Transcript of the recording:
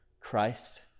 christ